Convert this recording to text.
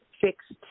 fixed